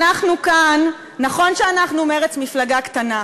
אנחנו כאן, נכון שאנחנו מרצ מפלגה קטנה,